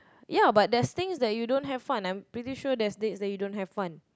ya but there's things that you don't have fun I'm pretty sure there's dates that you don't have fun